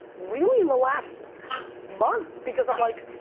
really in the last month because i'm like,